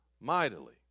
mightily